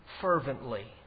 Fervently